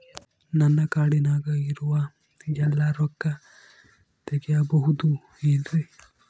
ನನ್ನ ಕಾರ್ಡಿನಾಗ ಇರುವ ಎಲ್ಲಾ ರೊಕ್ಕ ತೆಗೆಯಬಹುದು ಏನ್ರಿ?